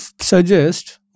suggest